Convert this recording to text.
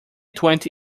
twenty